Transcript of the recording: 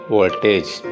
Voltage